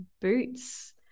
boots